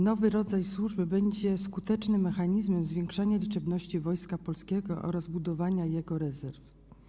Nowy rodzaj służby będzie skutecznym mechanizmem zwiększania liczebności Wojska Polskiego oraz budowania jego rezerw.